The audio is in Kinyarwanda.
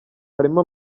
harimo